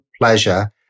pleasure